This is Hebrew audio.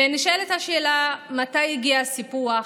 ונשאלת השאלה מתי יגיע הסיפוח,